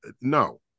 no